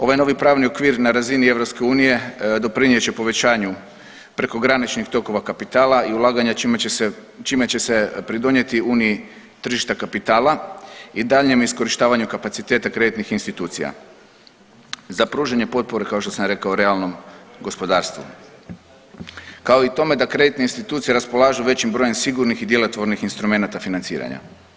Ovaj novi pravni okvir na razini EU doprinjet će povećanju prekograničnih tokova kapitala i ulaganja čime će se, čime će se pridonijeti uniji tržištu kapitala i daljnjem iskorištavanju kapaciteta kreditnih institucija za pružanje potpore kao što sam rekao realnom gospodarstvu, kao i tome da kreditne institucije raspolažu većim brojem sigurnih i djelotvornih instrumenata financiranja.